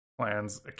plans